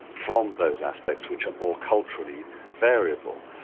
from those aspects which are more culturally variable.